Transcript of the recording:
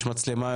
יש מצלמה,